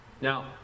Now